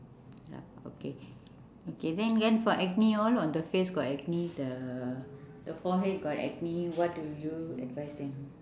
yup okay okay then then for acne all on the face got acne the the forehead got acne what do you advise them